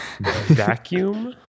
Vacuum